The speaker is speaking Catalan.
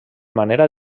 manera